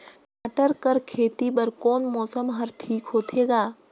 टमाटर कर खेती बर कोन मौसम हर ठीक होथे ग?